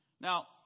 Now